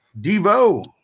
Devo